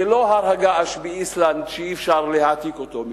זה לא הר הגעש באיסלנד שאי-אפשר להעתיק אותו משם.